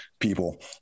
people